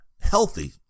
healthy